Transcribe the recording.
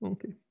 Okay